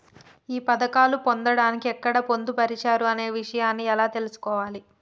ఈ పథకాలు పొందడానికి ఎక్కడ పొందుపరిచారు అనే విషయాన్ని ఎలా తెలుసుకోవాలి?